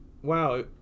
Wow